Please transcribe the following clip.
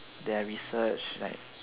then I research like